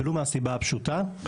ולו מהסיבה הפשוטה,